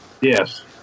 Yes